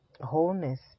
Wholeness